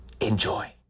Enjoy